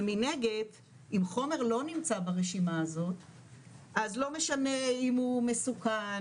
ומנגד אם חומר לא נמצא ברשימות אז לא משנה אם הוא מסוכן,